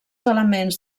elements